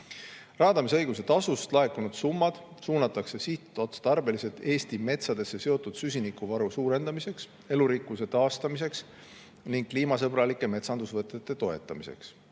Raadamisõiguse tasust laekunud summad suunatakse sihtotstarbeliselt Eesti metsadesse seotud süsinikuvaru suurendamiseks, elurikkuse taastamiseks ning kliimasõbralike metsandusvõtete toetamiseks.